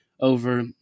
over